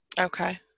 Okay